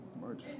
March